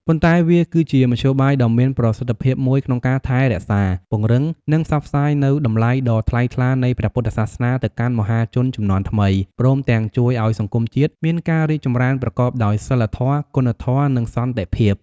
ប៉ុន្តែវាគឺជាមធ្យោបាយដ៏មានប្រសិទ្ធភាពមួយក្នុងការថែរក្សា ពង្រឹង និងផ្សព្វផ្សាយនូវតម្លៃដ៏ថ្លៃថ្លានៃព្រះពុទ្ធសាសនាទៅកាន់មហាជនជំនាន់ថ្មី ព្រមទាំងជួយឱ្យសង្គមជាតិមានការរីកចម្រើនប្រកបដោយសីលធម៌ គុណធម៌ និងសន្តិភាព។